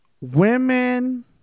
women